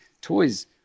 toys